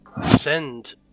send